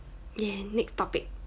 yeah next topic